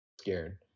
scared